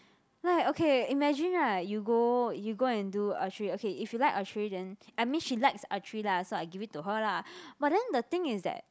like okay imagine right you go you go and do archery okay if you like archery then I mean she likes archery lah so I give it to her lah but then the thing is that